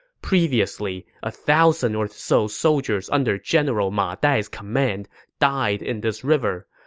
previously, a thousand or so soldiers under general ma dai's command died in this river.